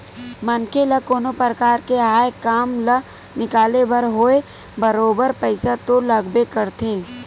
मनखे ल कोनो परकार ले आय काम ल निकाले बर होवय बरोबर पइसा तो लागबे करथे